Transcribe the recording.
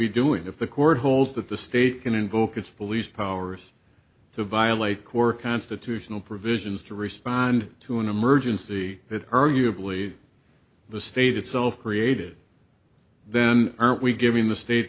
be doing if the court holds that the state can invoke its police powers to violate core constitutional provisions to respond to an emergency that arguably the state itself created then are we giving the state